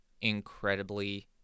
incredibly